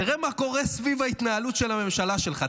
תראה מה קורה סביב ההתנהלות של הממשלה שלך.